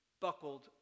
buckled